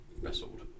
wrestled